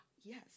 Yes